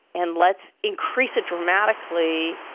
and let's increase it dramatically,